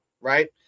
right